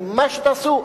עם מה שתעשו,